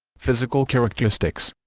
physical characteristics